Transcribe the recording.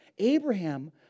Abraham